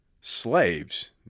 Slaves